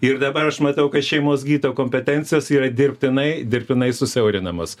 ir dabar aš matau kad šeimos gydytojo kompetencijos yra dirbtinai dirbtinai susiaurinamos